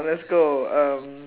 let's go uh